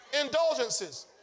indulgences